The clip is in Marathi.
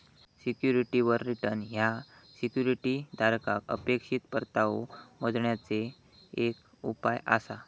सिक्युरिटीवर रिटर्न ह्या सिक्युरिटी धारकाक अपेक्षित परतावो मोजण्याचे एक उपाय आसा